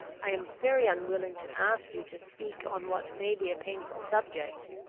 i am very unwilling to ask you to speak on what may be a painful subject,